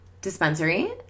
dispensary